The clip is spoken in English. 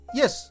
yes